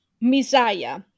Messiah